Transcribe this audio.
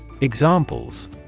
Examples